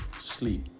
Sleep